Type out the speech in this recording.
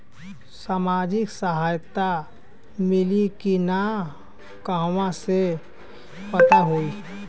सामाजिक सहायता मिली कि ना कहवा से पता होयी?